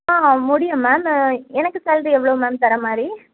ஆ முடியும் மேம் ஆ எனக்கு சேல்ரி எவ்வளோ மேம் தர மாதிரி